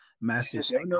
massive